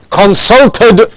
consulted